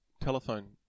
telephone